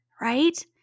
right